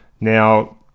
Now